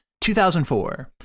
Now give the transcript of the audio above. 2004